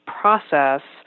process